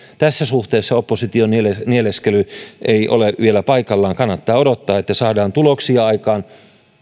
tässä suhteessa oppositio nieleskely nieleskely ei ole vielä paikallaan kannattaa odottaa että saadaan tuloksia aikaan